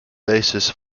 basis